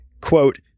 quote